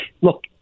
Look